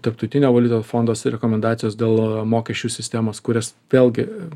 tarptautinio valiutos fondo rekomendacijos dėl mokesčių sistemos kurias vėlgi